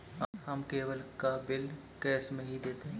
हम केबल का bill cash में ही देते हैं